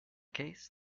case